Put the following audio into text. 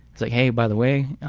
like hey, by the way,